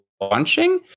launching